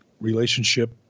relationship